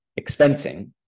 expensing